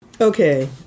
Okay